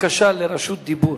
בקשה לרשות דיבור.